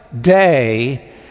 day